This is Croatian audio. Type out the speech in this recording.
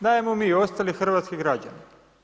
Dajemo mi i ostali hrvatski građani.